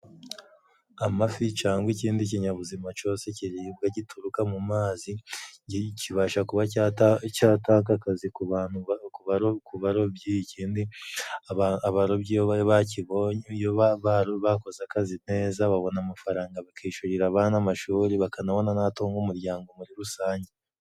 Amafi cyangwa ikindi kinyabuzima cose kiribwa gituruka mu mazi, kibasha kuba cyata cyatanga akazi ku bantu ku barobyi ikindi abaro abarobyi baki bakibonye iyo bakoze akazi neza babona amafaranga bakishyurira abana amashuri bakanabona n'atunga umuryango muri rusange.